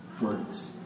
words